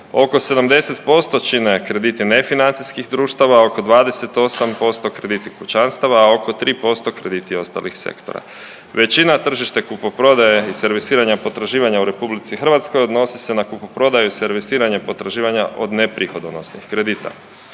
Oko 70% čine krediti nefinancijskih društava, oko 28% krediti pučanstava, a oko 3% krediti ostalih sektora. Većina tržište kupoprodaje i servisiranja potraživanja u Republici Hrvatskoj odnosi se na kupoprodaju i servisiranje potraživanja od neprihodonosnih kredita.